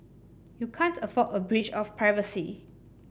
you can't afford a breach of privacy